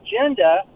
agenda